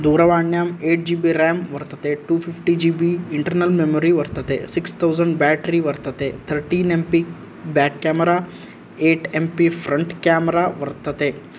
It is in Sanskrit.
दूरवाण्यां एय्ट् जिबि रें वर्तते टुफ़िफ़्टि जिबि इण्टर्नल् मेमरि वर्तते सिक्स् तौसण्ड् बेट्रि वर्तते thirteen MP back camera eight MP front camera वर्तते